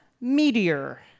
meteor